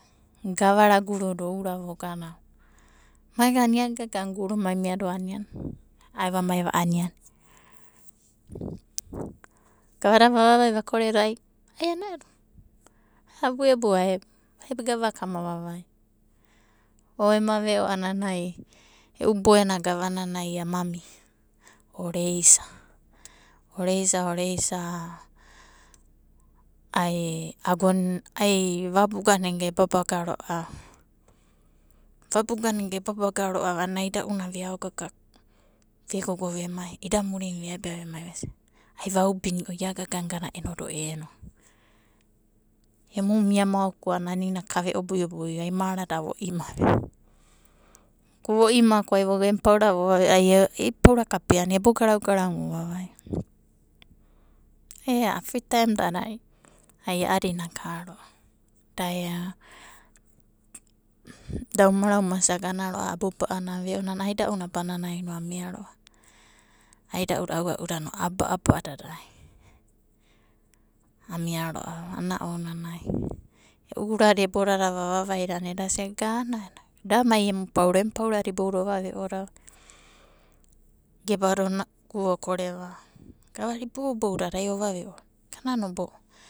Gavana guruda ourava, mai gana guru mai miado ani'ani, gavada ai vavada vakoreda ai vanaedo abu'ebo va'ebo, ebe ai gavaka ama vavaia. O ema ve'o a'anana e'u boena gavanana ama mia, ama ore'isa ore'isa, ai agona, ai vabugana egana e'babaga roava. Vabugana e'babaga roava a'anana aida'ura ve'aogaga'a ve'gogo vemai, idamaurina ve'abia vemai, ve'sia va'ibinio ai ia'agoganai, gana enodo eno, emu mia maokuna anina ve'o ai marana da'voima ko ai vo'ima a'anana emu paurada vova ve'oda voga vo'ebo ebo garau'garau, ia paura kapeana voebo garau'garau, ea aa mia noda agodada ai a'adina akoroava, da omara omasia agonaroava abuba'ananai, ve'o nana aida'una abananai amia roava. Aida'uda, aua'uda aba'abadadaino amiaroava ana ounanai. E'urada ebo dada vavavai a'anana eda'sia gana da'mai emu paura, emu paurada iboudada ovave'oda, gebada onagu okere, gavada iboudadai ovave'o, oma gana oma nobo'o.